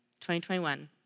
2021